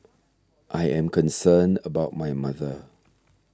I am concerned about my mother